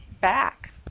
back